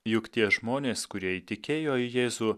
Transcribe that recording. juk tie žmonės kurie įtikėjo į jėzų